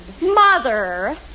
Mother